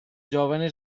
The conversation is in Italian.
giovane